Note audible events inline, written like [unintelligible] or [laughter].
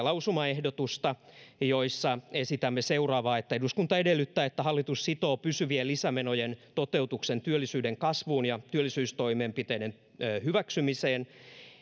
[unintelligible] lausumaehdotusta joissa esitämme seuraavaa eduskunta edellyttää että hallitus sitoo pysyvien lisämenojen toteutuksen työllisyyden kasvuun ja työllisyystoimenpiteiden hyväksymiseen